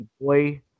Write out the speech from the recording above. Boy